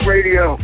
Radio